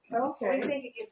Okay